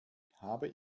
habe